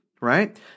right